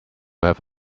have